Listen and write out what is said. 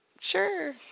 sure